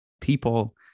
people